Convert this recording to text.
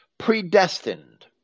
predestined